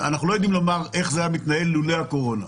אנחנו לא יודעים לומר איך זה היה מתנהל לולא הקורונה.